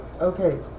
Okay